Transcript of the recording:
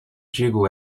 digo